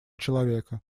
человека